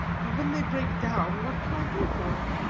and when they break down, what can i do for them?